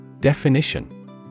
Definition